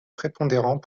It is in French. prépondérant